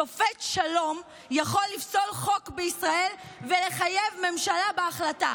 שופט שלום יכול לפסול חוק בישראל ולחייב ממשלה בהחלטה.